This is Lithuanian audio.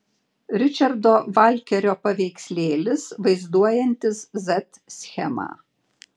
ričardo valkerio paveikslėlis vaizduojantis z schemą